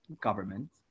government